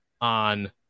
on